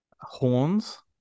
Horns